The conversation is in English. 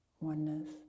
oneness